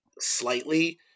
slightly